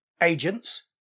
Agents